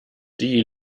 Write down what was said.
die